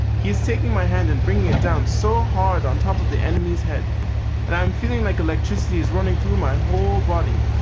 he's taking my hand and bringing it down so hard on top of the enemy's head and i'm feeling like electricity is running though my whole body.